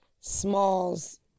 Smalls